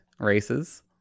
Races